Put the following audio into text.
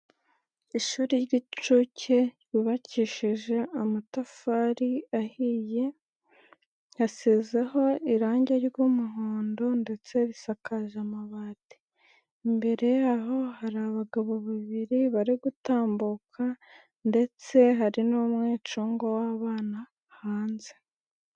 Ishuri ry'incuke rbakishijeje amatafari ahiye, asizaho irangi ry'umuhondo ndetse risakaje amabati. Imbere yaho hari abagabo babiri bari gutambuka ndetse hari n'umwicugwa w'abana hanze.